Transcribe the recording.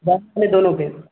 دونوں کے